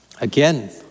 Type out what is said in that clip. Again